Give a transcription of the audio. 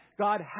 God